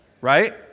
right